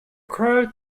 crow